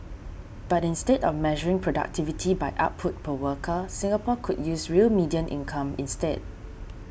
but instead of measuring productivity by output per worker Singapore could use real median income instead